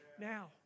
now